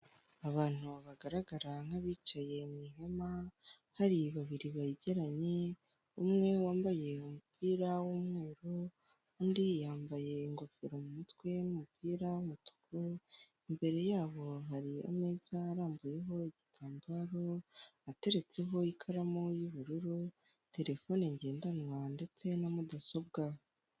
Abantu bagaragara nk'abicaye mu ihema hari babiri begeranye, umwe wambaye umupira w'umweru, undi yambaye ingofero mu mutwe n'umupira w'umutuku. Imbere yabo hari ameza arambuyeho igitambaro, ateretseho ikaramu y'ubururu, terefone ngendanwa ndetse na mudasobwa.